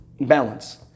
balance